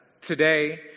Today